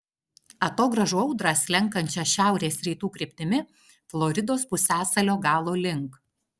atogrąžų audrą slenkančią šiaurės rytų kryptimi floridos pusiasalio galo link